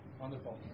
Wonderful